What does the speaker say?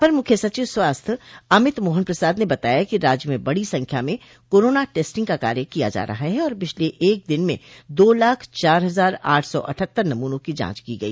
अपर मुख्य सचिव स्वास्थ्य अमित मोहन प्रसाद ने बताया कि राज्य में बड़ी संख्या में कोरोना टेस्टिंग का कार्य किया जा रहा है और पिछले एक दिन में दो लाख चार हजार आठ सौ अट्ठहत्तर नमूनों की जांच की गई